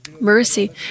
Mercy